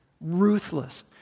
ruthless